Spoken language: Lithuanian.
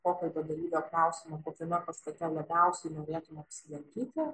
pokalbio dalyvio klausimą kokiame pastate labaiusiai norėtum apsilankyti